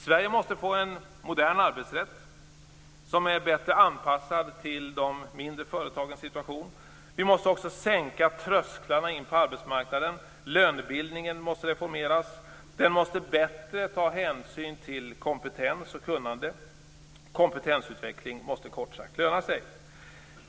Sverige måste få en modern arbetsrätt som är bättre anpassad till de mindre företagens situation. Vi måste också sänka trösklarna in till arbetsmarknaden. Lönebildningen måste reformeras. Den måste bättre ta hänsyn till kompetens och kunnande. Kompetensutveckling måste löna sig.